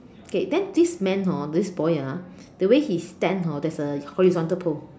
okay then this man hor this boy ah the way he stand hor there's a horizontal pole